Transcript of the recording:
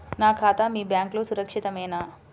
నా ఖాతా మీ బ్యాంక్లో సురక్షితమేనా?